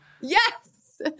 Yes